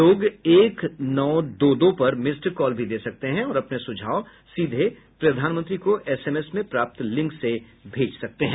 लोग एक नौ दो दो पर मिस्ड कॉल भी दे सकते हैं और अपने सुझाव सीधे प्रधानमंत्री को एसएमएस में प्राप्त लिंक से भेज सकते हैं